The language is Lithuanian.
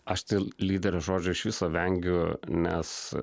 aš tai lyderio žodžio iš viso vengiu nes